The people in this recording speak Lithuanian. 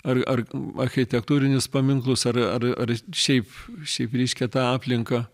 ar ar architektūrinius paminklus ar ar ar šiaip šiaip reiškia tą aplinką